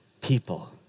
people